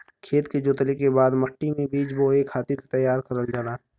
खेत के जोतले के बाद मट्टी मे बीज बोए खातिर तईयार करल जाला